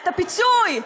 את הפיצוי.